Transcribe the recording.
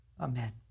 Amen